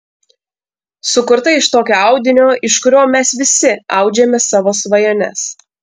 sukurta iš tokio audinio iš kurio mes visi audžiame savo svajones